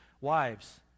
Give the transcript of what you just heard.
Wives